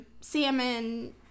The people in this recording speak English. salmon